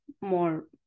more